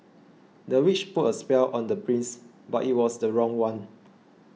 the witch put a spell on the prince but it was the wrong one